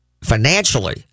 financially